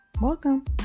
Welcome